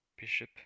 bishop